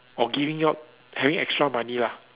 or giving you out having extra money lah